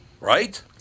Right